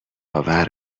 آور